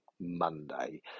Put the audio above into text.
Monday